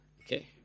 Okay